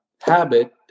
habit